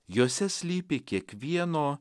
juose slypi kiekvieno